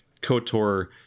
KOTOR